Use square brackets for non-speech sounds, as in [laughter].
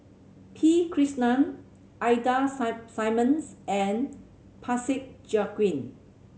P Krishnan Ida [unintelligible] Simmons and Parsick Joaquim